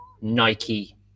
Nike